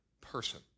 person